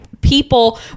people